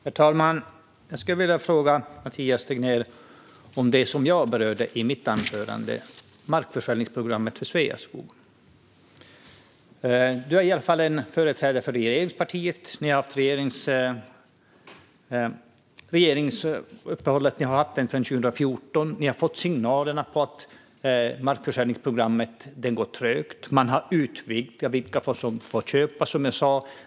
Herr talman! Jag skulle vilja fråga Mathias Tegnér om det som jag berörde i mitt anförande: markförsörjningsprogrammet för Sveaskog. Du är företrädare för regeringspartiet. Ni har haft regeringsmakten sedan 2014, och ni har fått signaler om att markförsörjningsprogrammet går trögt. Som jag sa har man utvidgat skaran av vilka som får köpa.